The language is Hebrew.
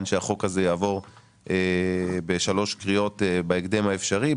שהחוק הזה יעבור בשלוש קריאות בהקדם האפשרי,